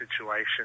situation